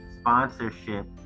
sponsorship